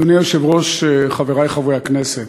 אדוני היושב-ראש, חברי חברי הכנסת,